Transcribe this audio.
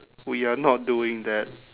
we are not doing that